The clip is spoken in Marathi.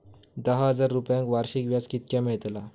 दहा हजार रुपयांक वर्षाक व्याज कितक्या मेलताला?